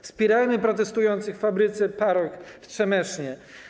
Wspierajmy protestujących w fabryce Paroc w Trzemesznie.